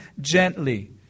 gently